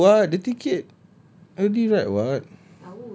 I already booked [what] the ticket I already read [what]